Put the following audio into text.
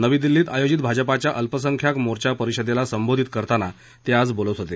नवी दिल्लीत आयोजित भाजपाच्या अल्पसंख्याक मोर्चा परिषदेला संबोधित करताना ते आज बोलत होते